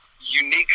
unique